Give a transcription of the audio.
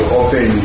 open